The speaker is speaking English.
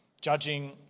Judging